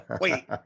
wait